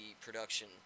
production